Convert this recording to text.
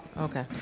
Okay